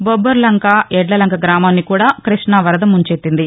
బొబ్బర్లంక ఎడ్లలంక గ్రామాన్ని కూడా కృష్ణ వరద ముంచెత్తింది